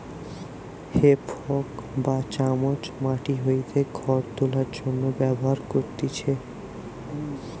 হে fork বা চামচ মাটি হইতে খড় তোলার জন্য ব্যবহার করতিছে